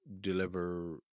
deliver